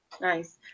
Nice